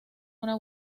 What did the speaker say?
una